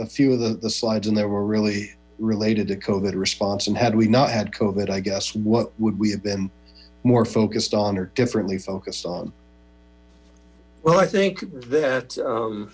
a few of the slides in there were really related to cohort response and had we not had cove at i guess what would we have been more focused on or differently focused on well i think that